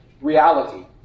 reality